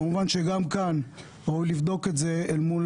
כמובן שגם כאן ראוי לבדוק את זה אל מול